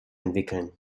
entwickeln